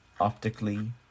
optically